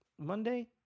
Monday